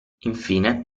infine